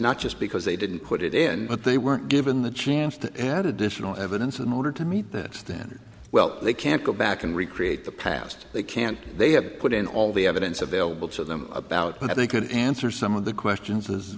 not just because they didn't put it in but they weren't given the chance to add additional evidence in order to meet that standard well they can't go back and recreate the past they can't they have put in all the evidence available to them about how they can answer some of the question